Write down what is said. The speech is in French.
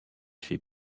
fait